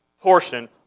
portion